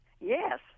Yes